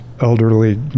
elderly